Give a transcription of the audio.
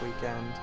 weekend